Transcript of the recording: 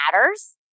matters